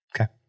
Okay